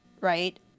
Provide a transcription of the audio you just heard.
right